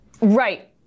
Right